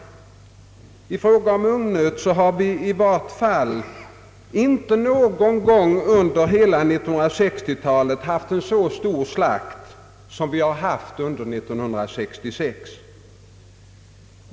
Beträffande ungnöt har vi i varje fall inte någon gång under hela 1960-talet haft en så omfattande slakt som under 1966.